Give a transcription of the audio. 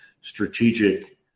strategic